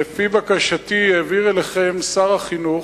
לפי בקשתי העביר אליכם שר החינוך,